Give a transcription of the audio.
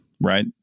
right